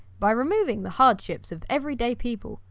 by removing the hardships of everyday people.